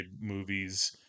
movies